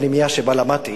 הפנימייה שבה למדתי,